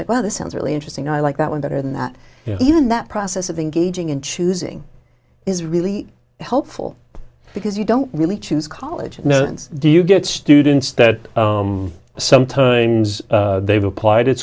well this sounds really interesting i like that one better than that even that process of engaging in choosing is really helpful because you don't really choose college and do you get students that sometimes they've applied at